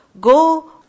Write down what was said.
go